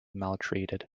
maltreated